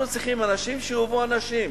אנחנו צריכים אנשים שיאהבו אנשים.